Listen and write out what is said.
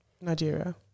Nigeria